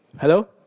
Hello